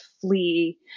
flee